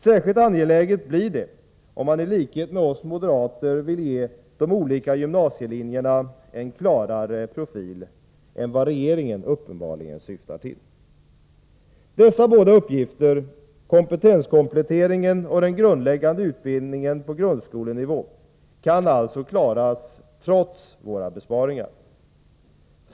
Särskilt angeläget blir detta, om man i likhet med oss moderater — Nr 106 vill ge de olika gymnasielinjerna en klarare profil än vad regeringen och den grundläggande utbildningen på grundskolenivå, kan alltså klaras = trots våra besparingar.